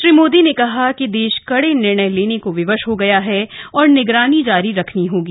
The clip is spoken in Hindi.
श्री मोदी ने कहा कि देश कड़े निर्णय करने को विवश हो गया है और निगरानी जारी रखनी होगी